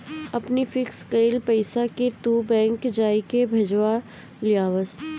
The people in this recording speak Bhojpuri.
अपनी फिक्स कईल पईसा के तू बैंक जाई के भजा लियावअ